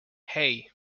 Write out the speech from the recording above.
hey